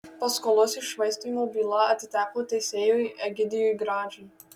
paskolos iššvaistymo byla atiteko teisėjui egidijui gražiui